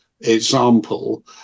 example